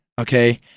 okay